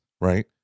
right